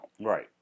Right